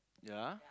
ya